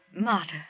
Marta